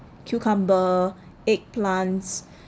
cucumber eggplants